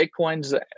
Bitcoins